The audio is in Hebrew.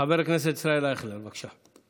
חבר הכנסת ישראל אייכלר, בבקשה.